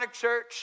church